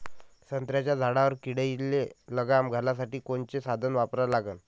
संत्र्याच्या झाडावर किडीले लगाम घालासाठी कोनचे साधनं वापरा लागन?